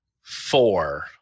four